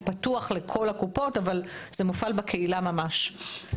פתוח לכל הקופות אבל זה מופעל בקהילה ממש.